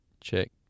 check